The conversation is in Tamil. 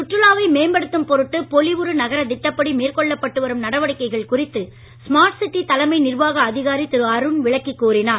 சுற்றுலாவை மேம்படுத்தும் பொருட்டு பொலிவுறு நகரத்தின் திட்டப்படி மேற்கொள்ளப்பட்டு வரும் நடவடிக்கைகள் குறித்து ஸ்மார்ட் சிட்டி தலைமை நிர்வாக அதிகாரி திரு அருண் விளக்கி கூறினார்